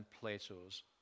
Plato's